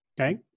Okay